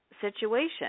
situation